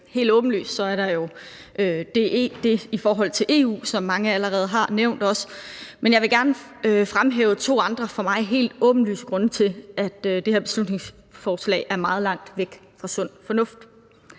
Helt åbenlyst er der det i forhold til EU, som mange allerede har nævnt, men jeg vil gerne fremhæve to andre for mig helt åbenlyse grunde til, at det her beslutningsforslag er meget langt væk fra sund fornuft.